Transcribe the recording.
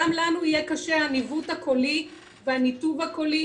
גם לנו יהיה קשה הניווט הקולי והניתוב הקולי,